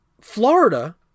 florida